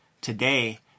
today